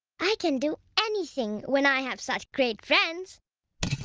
i can do anything when i have such great friends!